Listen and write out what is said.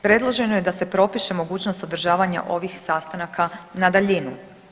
Predloženo je da se propiše mogućnost održavanja ovih sastanaka na daljinu.